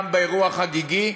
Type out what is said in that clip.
גם באירוע חגיגי,